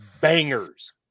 bangers